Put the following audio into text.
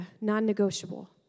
non-negotiable